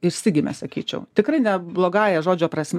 išsigimė sakyčiau tikrai ne blogąja žodžio prasme